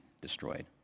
destroyed